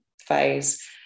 phase